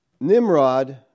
Nimrod